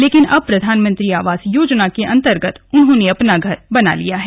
लेकिन अब प्रधानमंत्री आवास योजना के अंतर्गत उन्होंने अपना घर भी बना लिया है